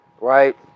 Right